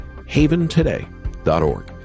haventoday.org